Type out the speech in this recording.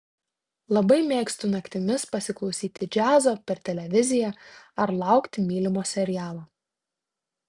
labai mėgstu naktimis pasiklausyti džiazo per televiziją ar laukti mylimo serialo